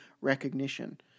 recognition